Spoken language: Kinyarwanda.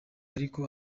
ariko